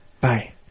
bye